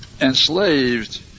enslaved